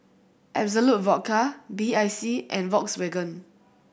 Absolut Vodka B I C and Volkswagen